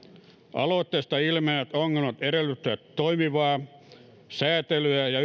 aloitteesta ilmenevät ongelmat edellyttävät toimivaa sääntelyä ja